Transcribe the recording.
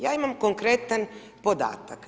Ja imam konkretan podatak.